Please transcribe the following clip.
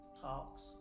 talks